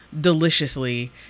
deliciously